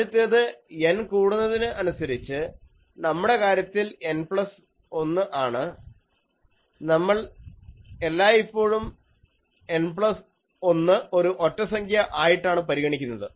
ആദ്യത്തേത് N കൂടുന്നതിന് അനുസരിച്ച് നമ്മുടെ കാര്യത്തിൽ N പ്ലസ് 1 ആണ് നമ്മൾ എല്ലായിപ്പോഴും N പ്ലസ് 1 ഒരു ഒറ്റ സംഖ്യ ആയിട്ടാണ് പരിഗണിക്കുന്നത്